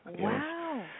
Wow